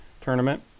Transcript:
tournament